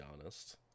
honest